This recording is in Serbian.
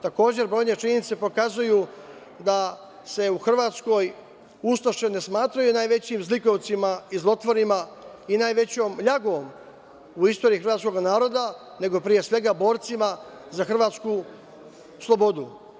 Takođe, brojne činjenice pokazuju da se u Hrvatskoj ustaše ne smatraju najvećim zlikovcima i zlotvorima i najvećom ljagom u istoriji hrvatskog naroda, nego pre svega borcima za hrvatsku slobodu.